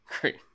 great